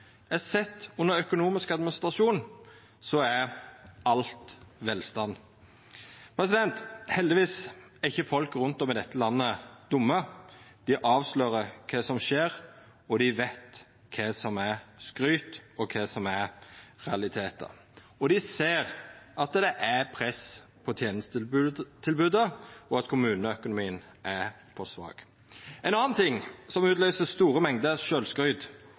er sett under økonomisk administrasjon, er alt velstand. Heldigvis er ikkje folk rundt om i dette landet dumme. Dei avslører kva som skjer, og dei veit kva som er skryt, og kva som er realitetar. Dei ser at det er press på tenestetilbodet, og at kommuneøkonomien er for svak. Ein annan ting som utløyser store mengder sjølvskryt,